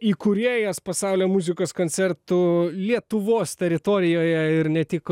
įkūrėjas pasaulio muzikos koncertų lietuvos teritorijoje ir ne tik